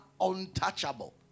untouchable